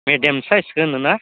मिदियाम साइसखौ होनोना